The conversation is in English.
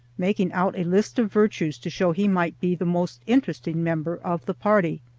making out a list of virtues to show he might be the most interesting member of the party.